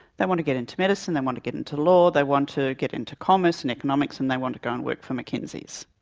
they want to get into medicine, they want to get into law, they want to get into commerce and economics and they want to go and work for mckenzie's.